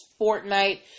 Fortnite